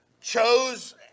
chose